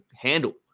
handle